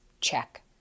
check